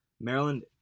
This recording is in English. Maryland